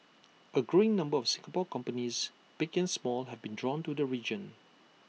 A growing number of Singapore companies big and small have been drawn to the region